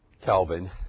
Calvin